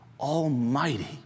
Almighty